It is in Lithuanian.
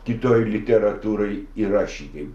kitoj literatūroj yra šitaip